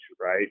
right